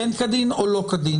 כן כדין או לא כדין.